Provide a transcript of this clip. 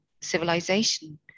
civilization